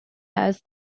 has